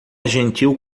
gentil